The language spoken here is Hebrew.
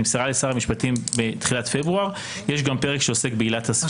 שנמסרה לשר המשפטים בתחילת פברואר יש גם פרק שעוסק בעילת הסבירות.